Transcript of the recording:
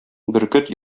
бөркет